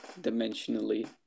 dimensionally